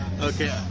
Okay